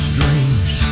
dreams